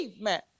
man